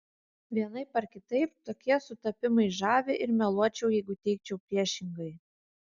vienaip ar kitaip tokie sutapimai žavi ir meluočiau jeigu teigčiau priešingai